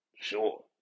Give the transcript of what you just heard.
sure